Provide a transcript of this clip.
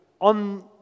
on